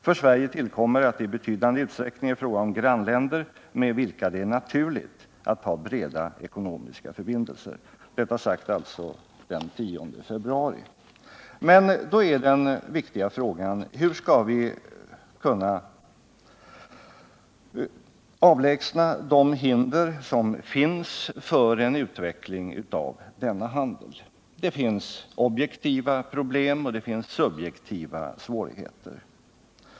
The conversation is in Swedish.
För Sverige tillkommer att det i betydande utsträckning är fråga om grannländer med vilka det är naturligt att ha breda ekonomiska förbindelser.” Detta sades alltså den 10 februari i år. Men då är den viktiga frågan: Hur skall vi kunna avlägsna de hinder som finns för en utveckling av denna handel? Det finns objektiva problem, och det finns subjektiva svårigheter.